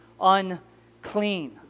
unclean